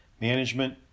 management